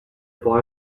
boy